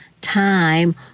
time